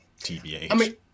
TBH